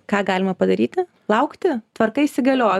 ką galima padaryti laukti tvarka įsigaliojo